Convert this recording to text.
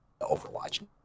Overwatch